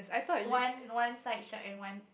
one one side short and one